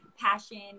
passion